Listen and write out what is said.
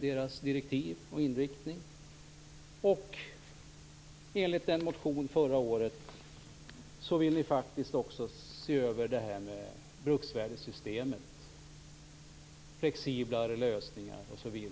deras direktiv och inriktning. Enligt en motion från förra året vill ni faktiskt också se över det här bruksvärdessystemet. Där vill ni ha flexiblare lösningar osv.